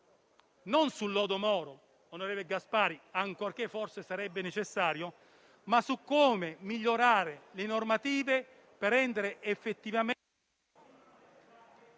non sul lodo Moro, onorevole Gasparri, ancorché sarebbe forse necessario, ma su come migliorare le normative per rendere effettivamente ...